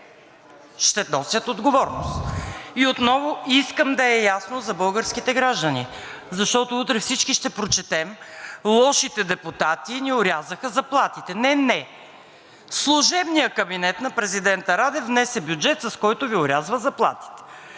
ще носят отговорност. Отново искам да е ясно за българските граждани, защото утре всички ще прочетем: „Лошите депутати ни орязаха заплатите.“ Не, не, служебният кабинет на президента Радев внесе бюджет, с който Ви орязва заплатите.